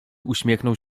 uśmiechnął